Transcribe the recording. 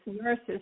nurses